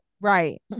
Right